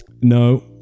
No